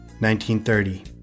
1930